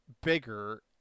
bigger